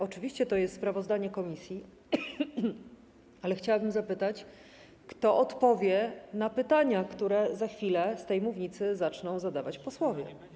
Oczywiście, to jest sprawozdanie komisji, ale chciałabym zapytać, kto odpowie na pytania, które za chwilę z tej mównicy zaczną zadawać posłowie.